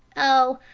oh,